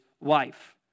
wife